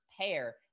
pair